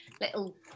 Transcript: little